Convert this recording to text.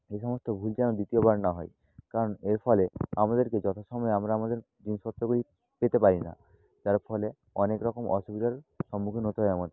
এই সমস্ত ভুল যেন দ্বিতীয় বার না হয় কারণ এর ফলে আমাদেরকে যথা সময়ে আমরা আমাদের জিনিসপত্রগুলি পেতে পারি না যার ফলে অনেক রকম অসুবিধার সম্মুখীন হতে হয় আমাকে